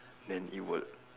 then it would